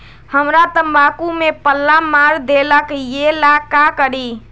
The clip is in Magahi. हमरा तंबाकू में पल्ला मार देलक ये ला का करी?